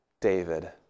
David